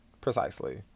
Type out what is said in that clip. Precisely